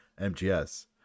MGS